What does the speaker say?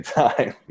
time